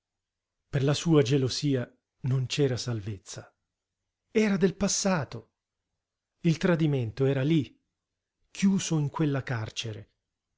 per la sua gelosia non c'era salvezza era del passato il tradimento era lí chiuso in quella carcere